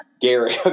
Gary